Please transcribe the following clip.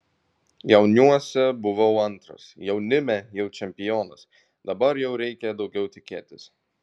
jauniuose buvau antras jaunime jau čempionas dabar jau reikia daugiau tikėtis